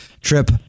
trip